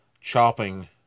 chopping